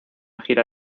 gira